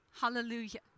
hallelujah